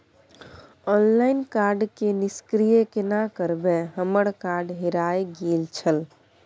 Online card के निष्क्रिय केना करबै हमर कार्ड हेराय गेल छल?